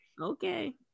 okay